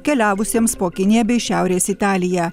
keliavusiems po kiniją bei šiaurės italiją